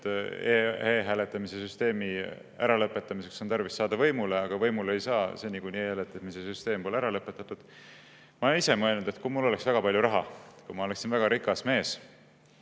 e-hääletamise süsteemi äralõpetamiseks on tarvis saada võimule, aga võimule ei saa seni, kuni e-hääletamise süsteemi pole ära lõpetatud. Ma olen mõelnud, et kui mul oleks väga palju raha, kui ma oleksin väga rikas mees,